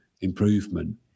improvement